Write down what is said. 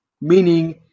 meaning